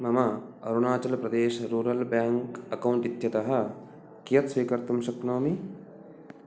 मम अरुणाचल्प्रदेशः rural bank account इत्यतः कियत् स्वीकर्तुं शक्नोमि